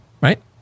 Right